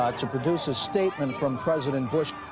ah to produce a statement from president bush.